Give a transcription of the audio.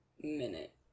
minute